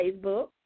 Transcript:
Facebook